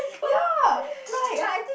ya like